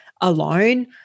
alone